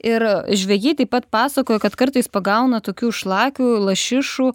ir žvejai taip pat pasakojo kad kartais pagauna tokių šlakių lašišų